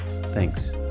Thanks